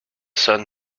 sun